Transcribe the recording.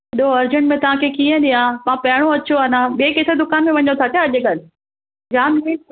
एॾो अर्जेंट में तव्हांखे कीअं ॾियां तव्हां पहिरियों अचो आहे न ॿिए कंहिंजे दुकान ते वञो था छा अॼुकल्ह जाम ॾींहं